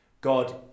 God